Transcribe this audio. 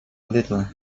little